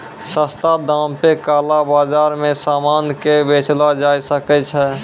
सस्ता दाम पे काला बाजार मे सामान के बेचलो जाय सकै छै